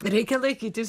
reikia laikytis